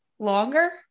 longer